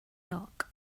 dark